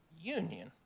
union